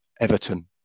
Everton